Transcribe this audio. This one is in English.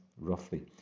roughly